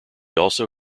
also